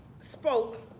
spoke